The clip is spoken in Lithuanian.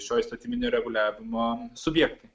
šio įstatyminio reguliavimo subjektai